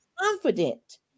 confident